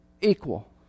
equal